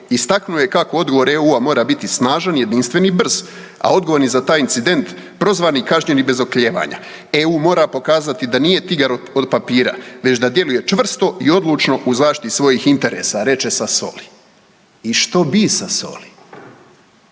istaknuo je kako odgovor EU-a mora biti snažan, jedinstven i brz, a odgovorni za taj incident, prozvani i kažnjeni bez oklijevanja. EU mora pokazati da nije tigar od papira, već da djeluje čvrsto i odlučno u zaštiti svojih interesa, reče Sassoli. I što bi, Sassoli?